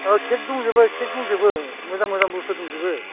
cake दंजोबो cake दंजोबो मोजां मोजां बुस्थु दंजोबो